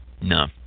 No